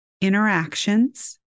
interactions